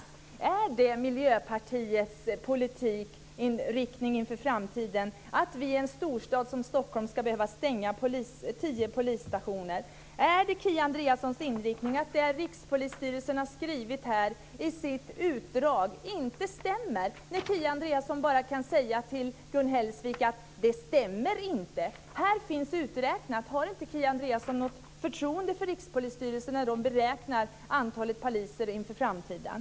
Är det inriktningen på Miljöpartiets politik inför framtiden, att vi i en storstad som Stockholm ska behöva stänga tio polisstationer? Menar Kia Andreasson att det som Rikspolisstyrelsen har skrivit i ett utdrag inte stämmer? Hon säger ju till Gun Hellsvik att det inte stämmer. Det finns uträknat. Har inte Kia Andreasson förtroende för Rikspolisstyrelsens beräkning av antalet poliser inför framtiden?